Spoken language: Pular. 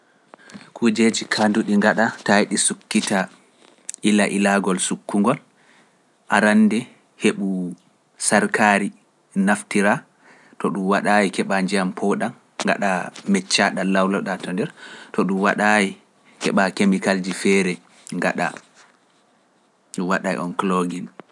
Kuujeji kaanduɗi ngaɗa tawi ɗi sukkita ila ilagol sukkugol arannde heɓu sarkaari naftira to ɗum waɗa keɓa njiyam poɗam ngaɗa mecca ɗa lawlo ɗa to ɗum waɗa keɓa kemikalji feere ngaɗa waɗa e on klogel.